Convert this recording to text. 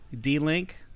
D-Link